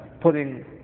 putting